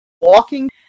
walking